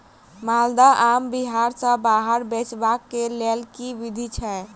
माल्दह आम बिहार सऽ बाहर बेचबाक केँ लेल केँ विधि छैय?